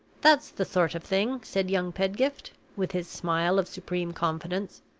that's the sort of thing, said young pedgift, with his smile of supreme confidence.